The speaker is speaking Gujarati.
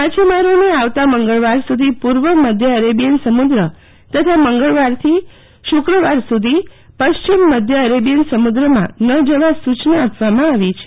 માછીમારોને આવતા મંગળવાર સુધી પુર્વ મધ્ય અરેબિયન સમુદ્રમાં તથા મંગળવારથી શુકવાર સુધુ પશ્ચિમ મધ્ય અરેબીયન સમુદ્રમાં ન જવા સુચના આપવામાં આવી છે